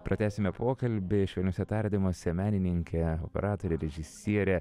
pratęsime pokalbį švelniuose tardymuose menininkė kuratorė režisierė